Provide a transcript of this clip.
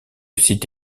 site